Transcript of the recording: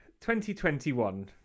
2021